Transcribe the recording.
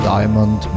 Diamond